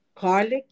Garlic